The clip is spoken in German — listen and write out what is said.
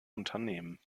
unternehmen